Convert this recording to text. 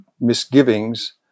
misgivings